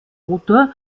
motor